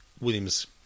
Williams